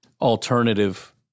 alternative